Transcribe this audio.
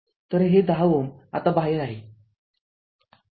तरहे १० Ω आता बाहेर आहे